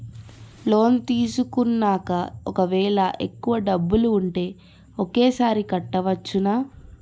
Loan తీసుకున్నాక ఒకవేళ ఎక్కువ డబ్బులు ఉంటే ఒకేసారి కట్టవచ్చున?